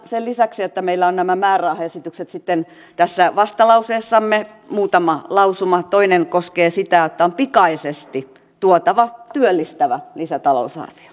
sen lisäksi että meillä on nämä määrärahaesitykset sitten tässä vastalauseessamme meillä on muutama lausuma toinen koskee sitä että on pikaisesti tuotava työllistävä lisätalousarvio